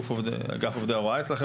היועצת המשפטית,